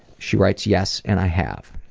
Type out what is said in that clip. she writes yes, and i have.